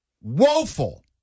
woeful